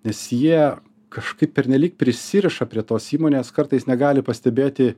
nes jie kažkaip pernelyg prisiriša prie tos įmonės kartais negali pastebėti